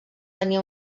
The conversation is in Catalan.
tenir